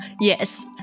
Yes